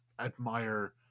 admire